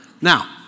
Now